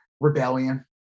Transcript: rebellion